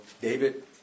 David